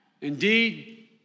Indeed